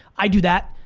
i do that.